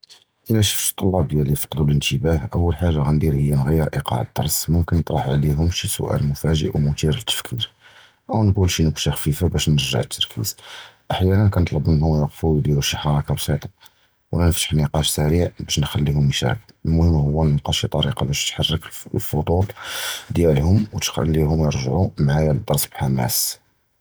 לָא שִפְתּ הַתַּלְמִידִים דִיַּלִי פִקְדוּ הַאִנְתִבַּה, אוּל חַאגָה גַאנְדִּיר הִי נִגְ'יְר אִיקַעְא אל-דַרס, מֻכְתַר נִטְרַח عَلֵיהוּם שִי סוּאַל מֻפַאגְּ'א וּמֻתְ'יר לִתְפִיקִיר, וְאוּ נִקוּל שִי נִיקְטָה חַפִיפָה בַּאש נִרְגַּע אֶל-תַּרְקִיז. אַחְיָאנָאן קִנְטַלַבּ מִנְכּוּם יִווּקְפוּ וְיְדִירוּ שִי חַרְכָּה בַּסִּيطְה, וְלָא נִפְתַּח נִקָּאש סַרִיע בַּאש נִכְלִיכּוּם יִשְׁתַאקּוּ, הַמּוּהִם הִי נִלְקַא שִי טְרִיקָה בַּאש תִּחְרִיק אֶל-פַּוּ הַפַּצְ'וּל דִיַּלְהוּם וְתִּخְלִיכּוּם יִרְגְּעוּ מַעַיָּא לַדַּרס בְּחַמַּאס.